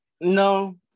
No